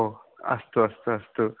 हो अस्तु अस्तु अस्तु